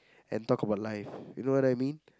and talk about life you know what I mean